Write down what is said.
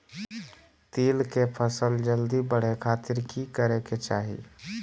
तिल के फसल जल्दी बड़े खातिर की करे के चाही?